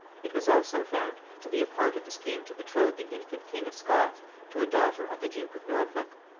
it was also found to be a part of the scheme to betroth the infant king of scots to a daughter of the duke of norfolk.